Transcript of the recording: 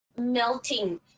melting